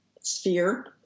sphere